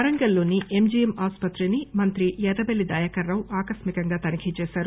వరంగల్ లోని M G M ఆసుపత్రిని మంత్రి ఎర్రబల్లి దయాకర్ రావు ఆకస్మికంతా తనిఖీ చేశారు